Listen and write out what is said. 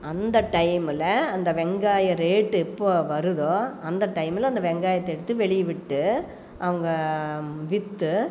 அந்த டைமில் அந்த வெங்காய ரேட்டு எப்போது வருதோ அந்த டைமில் அந்த வெங்காயத்தை எடுத்து வெளியே விட்டு அவங்க விற்று